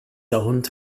owned